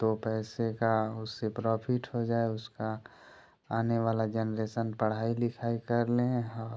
दो पैसे का उससे प्राफिट हो जाए उसका आने वाला जनरेसन पढ़ाई लिखाई कर लें और